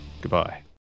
Goodbye